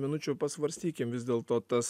minučių pasvarstykim vis dėlto tas